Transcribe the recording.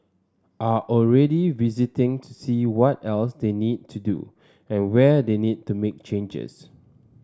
are already visiting to see what else they need to do and where they need to make changes